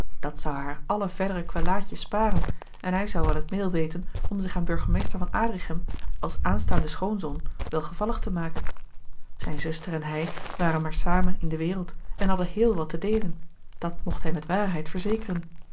dat zou haar alle verdere kwellaadje sparen en hij zou wel het middel weten om zich aan burgemeester van adrichem als aanstaanden schoonzoon welgevallig te maken zijne zuster en hij waren maar samen in de wereld en hadden heel wat te deelen dat mocht hij met waarheid verzekeren